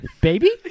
Baby